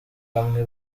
bamwe